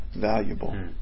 valuable